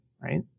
Right